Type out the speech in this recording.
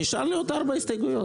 נשארו לי עוד ארבע הסתייגויות.